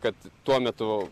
kad tuo metu